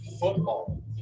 football